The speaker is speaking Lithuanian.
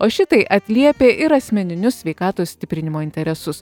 o šitai atliepia ir asmeninius sveikatos stiprinimo interesus